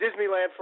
Disneyland